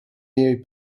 jej